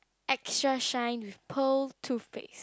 extra shine with pearl toothpaste